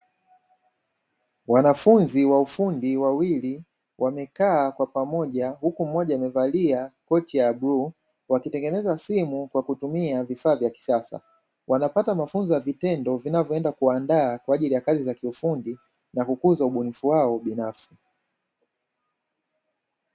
Wanafunzi wa ufundi wawili wamekaa kwa pamoja huku mmoja amevalia koti la bluu, wakitengeneza simu kwa kutumia vifaa vya kisasa. Wanapata mafunzo ya vitendo vinavyoenda kuwaanda kwa ajili ya kazi za kiufundi na kukuza ubunifu wao binafsi.